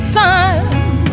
time